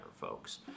folks